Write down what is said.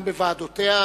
גם בוועדותיה,